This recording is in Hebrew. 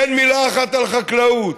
אין מילה אחת על חקלאות,